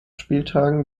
spieltagen